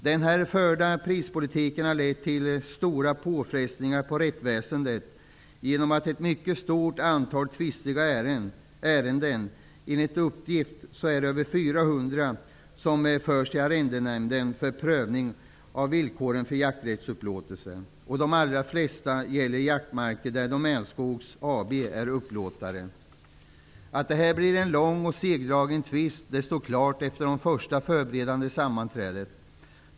Den förda prispolitiken har lett till stora påfrestningar på rättsväsendet genom att ett mycket stort antal tvistiga ärenden -- enligt uppgift över 400 -- har förts till arrendenämnderna för prövning av villkoren för jakträttsupplåtelsen. De allra flesta ärenden gäller jaktmarker, där Att detta blir en lång och segdragen tvist står klart efter de första förberedande sammanträdena.